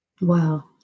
Wow